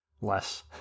less